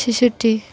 শিশুটি